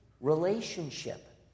relationship